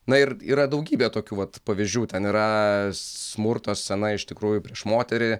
na ir yra daugybė tokių vat pavyzdžių ten yra smurto scena iš tikrųjų prieš moterį